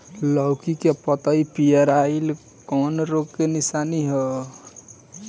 लौकी के पत्ति पियराईल कौन रोग के निशानि ह?